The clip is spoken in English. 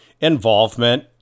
involvement